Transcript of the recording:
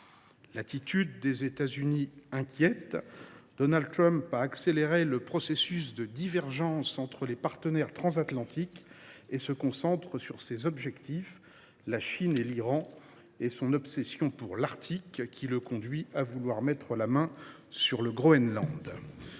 l’attitude des États Unis inquiète. Donald Trump a accéléré le processus de divergence entre les partenaires transatlantiques et se concentre sur ses objectifs : la Chine et l’Iran. Son obsession pour l’Arctique le conduit à vouloir mettre la main sur le Groenland.